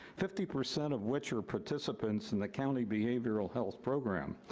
fifty percent of which are participants in the county behavioral health program.